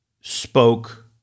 spoke